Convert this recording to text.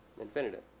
Infinitive